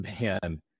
man